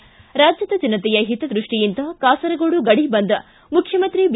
ಿ ರಾಜ್ಯದ ಜನತೆಯ ಹಿತದೃಷ್ಷಿಯಿಂದ ಕಾಸರಗೋಡು ಗಡಿ ಬಂದ್ ಮುಖ್ಯಮಂತ್ರಿ ಬಿ